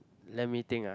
let me think ah